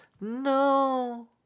no